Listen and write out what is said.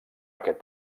aquest